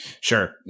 Sure